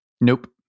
Nope